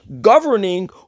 governing